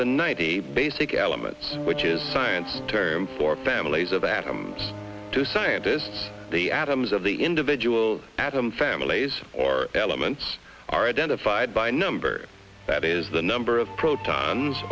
than ninety basic elements which is science term for families of atoms to scientists the atoms of the individual atom families or elements are identified by number that is the number of protons